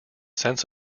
sense